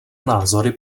názory